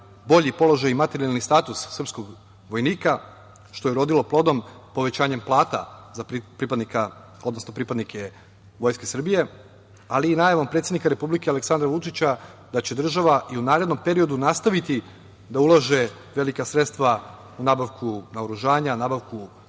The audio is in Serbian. bolji položaj i materijalnih statusa srpskog vojnika, što je urodilo plodom povećanjem plata za pripadnike Vojske Srbije, ali i najavom predsednika Republike Aleksandra Vučića da će država i u narednom periodu nastaviti da ulaže velika sredstva u nabavku naoružanja, nabavku